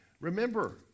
Remember